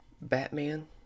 Batman